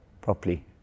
properly